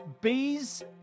Bees